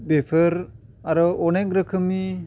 बिफोर आरो अनेक रोखोमनि